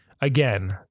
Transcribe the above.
Again